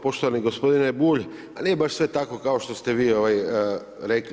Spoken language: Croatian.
Poštovani gospodine Bulj, a nije baš sve tako kao što ste vi rekli.